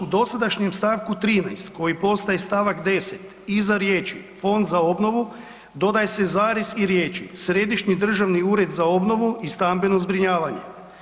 U dosadašnjem stavku 13. koji postaje stavak 10. iza riječi „fond za obnovu“ dodaje se zarez i riječi „Središnji državni ured za obnovu i stambeno zbrinjavanje“